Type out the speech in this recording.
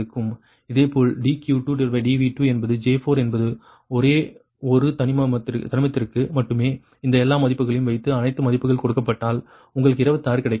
இதேபோல் dQ2dV2 என்பது J4 என்பது ஒரே ஒரு தனிமத்திற்கு மட்டுமே இந்த எல்லா மதிப்புகளையும் வைத்து அனைத்து மதிப்புகள் கொடுக்கப்பட்டால் உங்களுக்கு 26 கிடைக்கும்